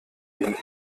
den